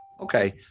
Okay